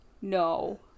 No